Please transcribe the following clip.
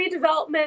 redevelopment